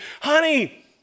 Honey